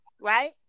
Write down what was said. right